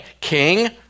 King